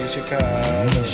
Chicago